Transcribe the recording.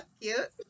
Cute